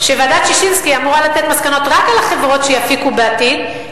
שוועדת-ששינסקי אמורה לתת מסקנות רק על החברות שיפיקו בעתיד,